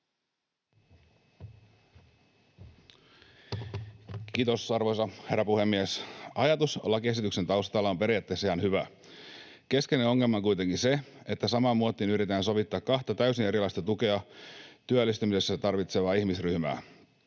Kiitos, arvoisa herra puhemies! Ajatus lakiesityksen taustalla on periaatteessa ihan hyvä. Keskeinen ongelma on kuitenkin se, että samaan muottiin yritetään sovittaa kahta täysin erilaista työllistymisessä tukea tarvitsevaa ihmisryhmää.